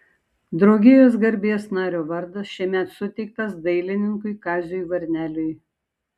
draugijos garbės nario vardas šiemet suteiktas dailininkui kaziui varneliui